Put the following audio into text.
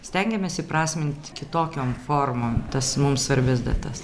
stengiamės įprasmint kitokiom formom tas mums svarbias datas